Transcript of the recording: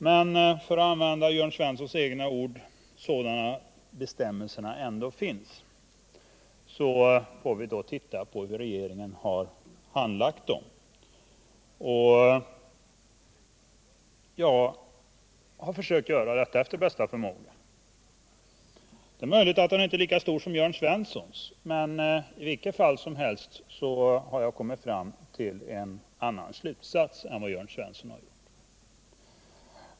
Men, för att använda Jörn Svenssons egna ord, sådana bestämmelserna ändå är får vi då se på hur regeringen har tillämpat dem. Jag har försökt göra detta efter bästa förmåga. Det är möjligt att min förmåga inte är lika stor som Jörn Svenssons, men i vilket fall som helst har jag kommit fram till en annan slutsats än han har gjort.